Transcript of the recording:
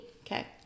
okay